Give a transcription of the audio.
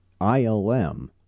ilm